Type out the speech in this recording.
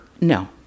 No